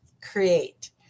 create